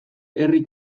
herri